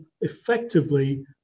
effectively